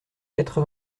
quatre